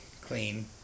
clean